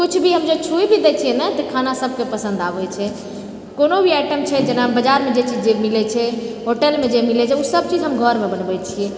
किछु भी जे हम छुबि देछिए ने तऽ खाना सबके पसन्द आबैत छै कोनोभी आइटम छै जेना बजारमे जे चीज जे मिलैत छै होटलमे जे मिलैत छै ओ सबचीज हम घरमे बनवै छिऐ